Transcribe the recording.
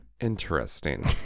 Interesting